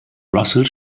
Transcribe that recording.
russell